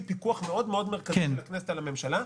פיקוח מאוד מאוד מרכזי של הכנסת על הממשלה,